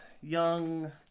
young